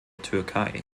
türkei